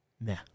Nah